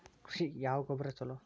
ಕೃಷಿಗ ಯಾವ ಗೊಬ್ರಾ ಛಲೋ?